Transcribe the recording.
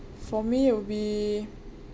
for me it will be